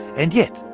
and yet,